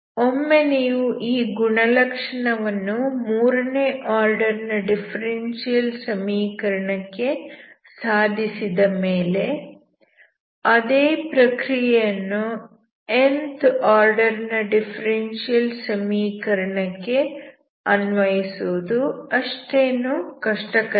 ಒಮ್ಮೆ ನೀವು ಈ ಗುಣಲಕ್ಷಣವನ್ನು ಮೂರನೇ ಆರ್ಡರ್ ನ ಡಿಫರೆನ್ಷಿಯಲ್ ಸಮೀಕರಣ ಕ್ಕೆ ಸಾಧಿಸಿದ ಮೇಲೆ ಅದೇ ಪ್ರಕ್ರಿಯೆಯನ್ನು nth ಆರ್ಡರ್ ನ ಡಿಫರೆನ್ಷಿಯಲ್ ಸಮೀಕರಣ ಕ್ಕೆ ಅನ್ವಯಿಸುವುದು ಅಷ್ಟೇನೂ ಕಷ್ಟಕರವಲ್ಲ